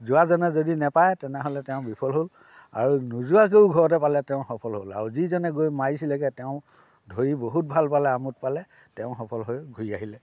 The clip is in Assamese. যোৱাজনে যদি নাপায় তেনেহ'লে তেওঁ বিফল হ'ল আৰু নোযোৱাকৈও ঘৰতে পালে তেওঁ সফল হ'ল আৰু যিজনে গৈ মাৰিছিলেগৈ তেওঁ ধৰি বহুত ভাল পালে আমোদ পালে তেওঁ সফল হৈ ঘূৰি আহিলে